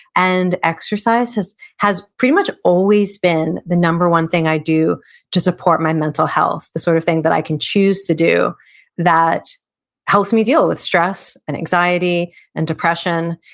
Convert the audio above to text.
and exercise has has pretty much always been the number one thing i do to support my mental health, the sort of thing that i can choose to do that helps me deal with stress and anxiety and depression.